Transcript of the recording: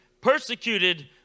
persecuted